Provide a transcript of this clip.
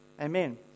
Amen